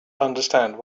understand